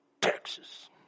Texas